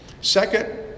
Second